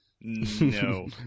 No